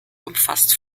umfasst